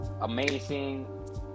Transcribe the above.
amazing